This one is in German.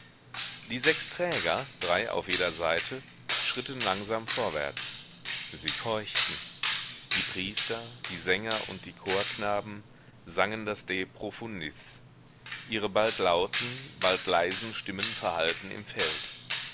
die sechs träger drei auf jeder seite schritten langsam vorwärts sie keuchten die priester die sänger und die chorknaben sangen das de profundis ihre bald lauten bald leisen stimmen verhallten im feld